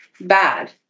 bad